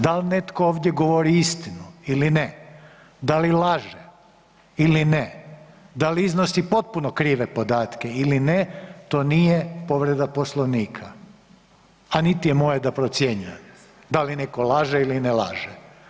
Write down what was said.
Da li netko ovdje govori istinu ili ne, da li laže ili ne, da li iznosi potpuno krive podatke to nije povreda Poslovnika, a niti je moje da procjenjujem da li netko laže ili ne laže.